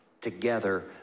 together